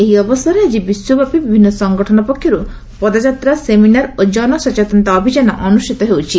ଏହି ଅବସରରେ ଆକି ବିଶ୍ୱବ୍ୟାପୀ ବିଭିନ୍ ସଂଗଠନ ପକ୍ଷରୁ ପଦଯାତ୍ରା ସେମିନାର ଓ ଜନସଚେତନତା ଅଭିଯାନ ଅନୁଷ୍ଠିତ ହେଉଛି